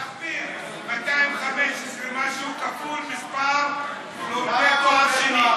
תכפיל 215 במספר הלומדים לתואר שני.